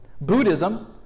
Buddhism